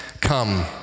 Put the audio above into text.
come